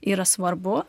yra svarbu